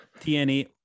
TNA